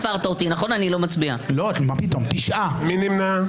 מי נמנע?